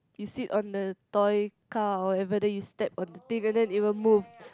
you sit on the toy car or whatever then you step on the thing and then it will move